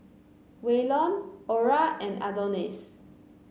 Waylon Orah and Adonis